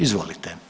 Izvolite.